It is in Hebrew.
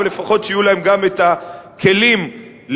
אבל לפחות שיהיו להם גם הכלים להשתלב.